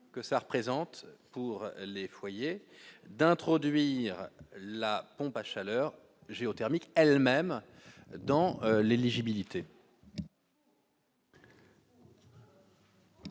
que ça représente pour les foyers d'introduire la pompe à chaleur géothermique elles-mêmes dans l'éligibilité.